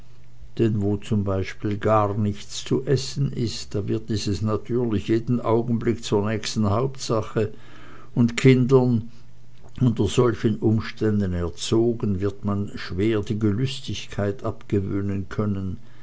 denn wo z b gar nichts zu essen ist da wird dieses natürlich jeden augenblick zur nächsten hauptsache und kindern unter solchen umständen erzogen wird man schwer die gelüstigkeit abgewöhnen können